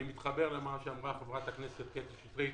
אני מתחבר למה שאמרה חברת הכנסת קטי שטרית,